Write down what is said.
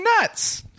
nuts